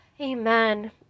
amen